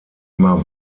immer